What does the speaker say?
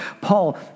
Paul